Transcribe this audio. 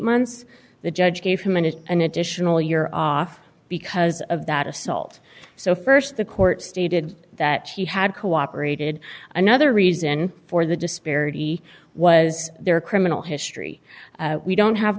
months the judge gave him and an additional year off because of that assault so st the court stated that he had cooperated another reason for the disparity was their criminal history we don't have